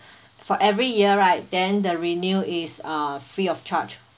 for every year right then the renew it's uh free of charge